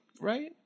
right